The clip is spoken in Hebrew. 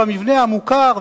במבנה המוכר,